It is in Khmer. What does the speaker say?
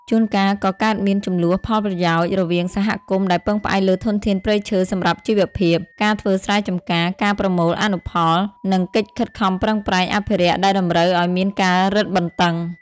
ជួនកាលក៏កើតមាន ជម្លោះផលប្រយោជន៍ រវាងសហគមន៍ដែលពឹងផ្អែកលើធនធានព្រៃឈើសម្រាប់ជីវភាព ការធ្វើស្រែចម្ការ ការប្រមូលអនុផល និងកិច្ចខិតខំប្រឹងប្រែងអភិរក្សដែលតម្រូវឲ្យមានការរឹតបន្តឹង។